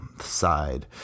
side